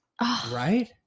right